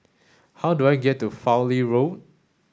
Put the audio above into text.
how do I get to Fowlie Road